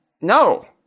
no